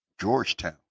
Georgetown